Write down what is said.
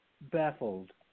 baffled